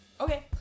okay